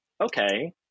okay